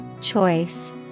Choice